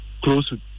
close